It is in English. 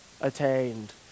attained